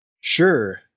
Sure